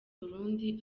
burundi